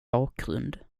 bakgrund